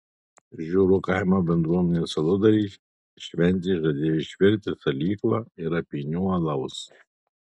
žiurių kaimo bendruomenės aludariai šventei žadėjo išvirti salyklo ir apynių alaus